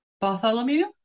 Bartholomew